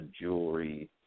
jewelry